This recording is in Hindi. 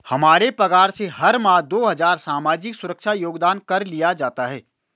हमारे पगार से हर माह दो हजार सामाजिक सुरक्षा योगदान कर लिया जाता है